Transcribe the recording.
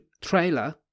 trailer